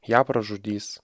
ją pražudys